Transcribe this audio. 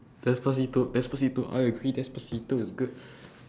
despacito despacito I agree despacito is good